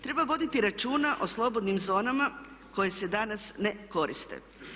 Treba voditi računa o slobodnim zonama koje se danas ne koriste.